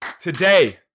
Today